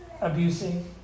abusing